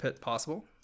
possible